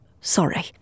Sorry